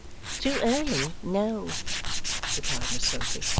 too early, no replied miss sophy.